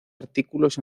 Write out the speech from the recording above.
artículos